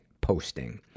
posting